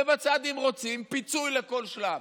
ובצד, אם רוצים, פיצוי לכל שלב,